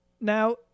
Now